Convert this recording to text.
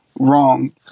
wrong